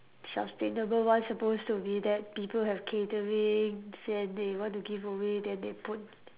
sustainable one supposed to be that people have catering say they want to give away then they put